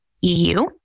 EU